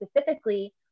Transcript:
specifically